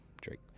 Drake